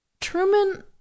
Truman